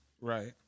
Right